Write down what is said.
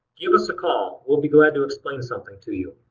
give us a call. we'll be glad to explain something to you.